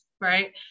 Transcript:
right